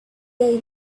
they